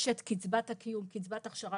יש את קצבת הקיום, קצבת הכשרה,